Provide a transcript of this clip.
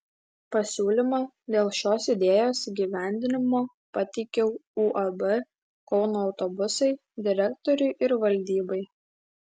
pasiūlymą dėl šios idėjos įgyvendinimo pateikiau uab kauno autobusai direktoriui ir valdybai